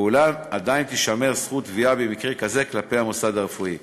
ואולם עדיין תישמר זכות תביעה במקרה כזה כלפי המוסד הרפואי.